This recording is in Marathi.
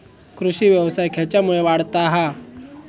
कृषीव्यवसाय खेच्यामुळे वाढता हा?